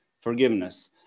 forgiveness